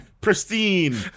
Pristine